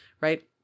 Right